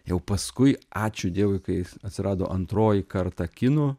jau paskui ačiū dievui kai atsirado antroji karta kino